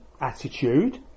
attitude